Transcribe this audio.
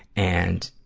and,